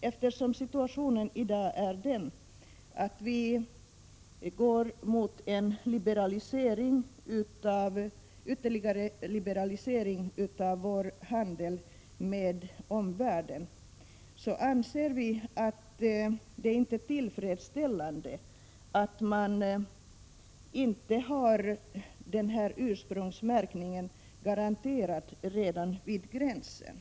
Eftersom situationen är den att vi går mot en ytterligare liberalisering av vår handel med omvärlden, anser vi att det är otillfredsställande att man inte har ursprungsmärkning garanterad redan vid gränsen.